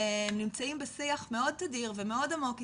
נמצאים בשיח מאוד תדיר ומאוד עמוק איתנו,